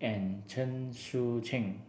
and Chen Sucheng